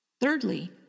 Thirdly